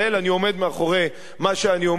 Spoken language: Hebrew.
אני עומד מאחורי מה שאני אומר,